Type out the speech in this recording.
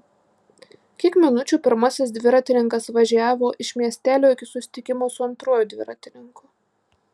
kiek minučių pirmasis dviratininkas važiavo iš miestelio iki susitikimo su antruoju dviratininku